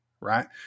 right